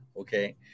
Okay